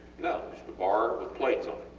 no, just a bar with plates on